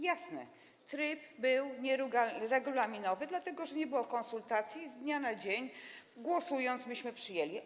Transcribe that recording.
Jasne, tryb był nieregulaminowy, dlatego że nie było konsultacji i z dnia na dzień, głosując, myśmy to przyjęli.